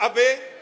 A wy?